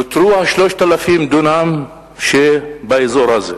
נותרו 3,000 הדונם שבאזור הזה.